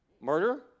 Murder